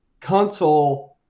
console